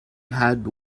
had